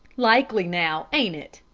likely now, ain't it?